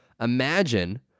Imagine